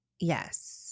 Yes